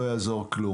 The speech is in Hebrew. לא יעזור כלום.